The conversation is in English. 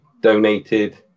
donated